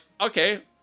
okay